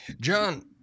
John